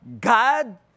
God